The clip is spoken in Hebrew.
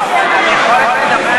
אני יכול לדבר,